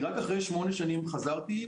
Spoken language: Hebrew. רק אחרי שמונה שנים חזרתי.